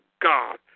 God